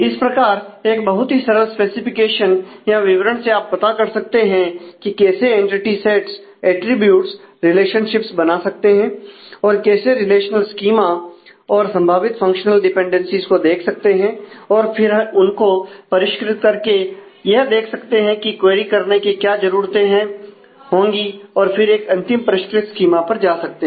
इस प्रकार एक बहुत ही सरल स्पेसिफिकेशन या विवरण से आप पता कर सकते हैं कि कैसे एनटीटी सैट्स अटरीब्यूट्स रिलेशनशिप्स बना सकते हैं और कैसे रिलेशनल स्कीमा और संभावित फंग्शनल डिपेंडेंसीज को देख सकते हैं और फिर उनको परिष्कृत करके यह देख सकते हैं की क्वेरी करने की क्या जरूरतें है होंगी और फिर एक अंतिम परिष्कृत स्कीमा पर आ सकते हैं